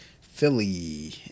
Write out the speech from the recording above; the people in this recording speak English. Philly